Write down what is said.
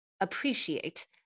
appreciate